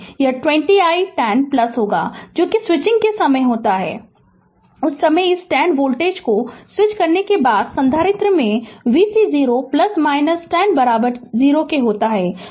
तो यह 20 i 1 0 होगा जो कि स्विचिंग के समय होता है उस समय इस वोल्टेज को स्विच करने के बाद संधारित्र में vc 0 10 बराबर 0 होता है